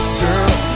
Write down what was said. girl